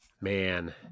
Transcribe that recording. man